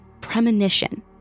premonition